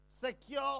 Secure